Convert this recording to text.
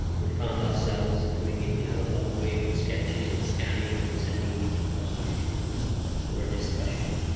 we found ourselves doing it the analog way with sketches, and scanning, and sending these across to students for a discussion.